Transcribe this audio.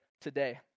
today